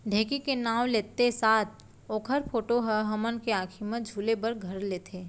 ढेंकी के नाव लेत्ते साथ ओकर फोटो ह हमन के आंखी म झूले बर घर लेथे